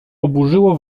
oburzyło